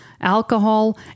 alcohol